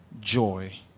joy